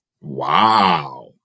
Wow